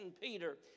Peter